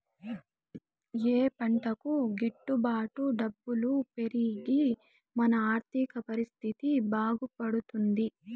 ఏ పంటకు గిట్టు బాటు డబ్బులు పెరిగి మన ఆర్థిక పరిస్థితి బాగుపడుతుంది?